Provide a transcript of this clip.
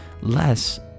less